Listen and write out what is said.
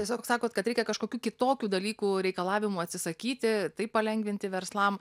tiesiog sakot kad reikia kažkokių kitokių dalykų reikalavimų atsisakyti taip palengvinti verslam